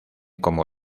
como